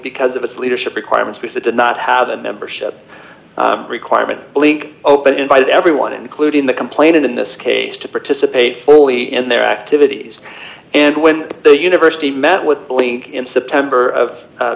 because of its leadership requirements which they did not have a membership requirement blink open invited everyone including the complainant in this case to participate fully in their activities and when the university met with blink in september of